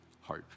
hope